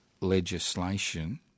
legislation